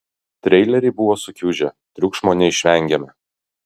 treileriai buvo sukiužę triukšmo neišvengėme